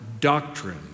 doctrine